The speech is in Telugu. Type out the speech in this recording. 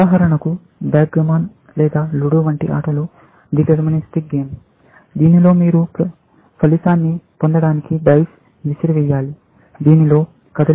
ఉదాహరణకు బ్యాక్గామన్ లేదా లూడో వంటి ఆటలు డిటర్మినిస్టిక్ గేమ్ దీనిలో మీరు ఫలితాన్ని పొందడానికి డైస్ విసిరేయాలి దీనిలో కదలిక ఫలితాన్ని ఊహించలేము